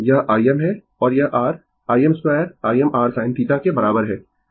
यह Im है और यह r i2 Im r sinθ के बराबर है